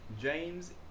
James